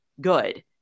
good